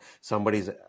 somebody's